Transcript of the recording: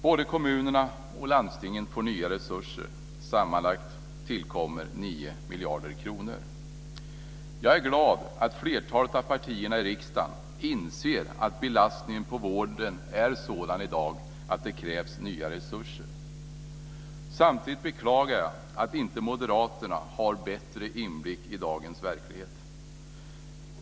Både kommunerna och landstingen får nya resurser. Sammanlagt tillkommer 9 miljarder kronor. Jag är glad över att flertalet partier i riksdagen inser att belastningen på vården i dag är sådan att det krävs nya resurser. Samtidigt beklagar jag att moderaterna inte har bättre inblick i dagens verklighet.